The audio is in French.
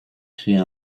cria